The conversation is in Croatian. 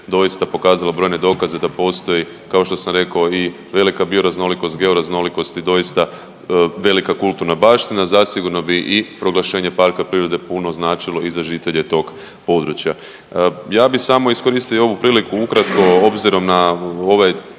doista pokazala brojne dokaze da postoji kao što sam rekao i velika bioraznolikost, georaznolikost i doista velika kulturna baština. Zasigurno bi i proglašenje parka prirode puno značilo i za žitelje tog područja. Ja bi samo iskoristio ovu priliku ukratko obzirom na ovaj